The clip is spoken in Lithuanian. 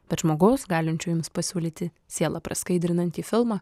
bet žmogaus galinčio jums pasiūlyti sielą praskaidrinantį filmą